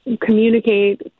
communicate